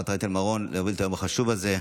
רייטן מרום להוביל את היום החשוב הזה.